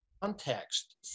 context